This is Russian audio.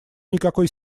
никакой